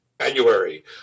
January